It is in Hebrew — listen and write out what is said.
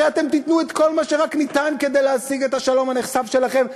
הרי אתם תיתנו את כל מה שרק ניתן כדי להשיג את השלום הנכסף שלכם,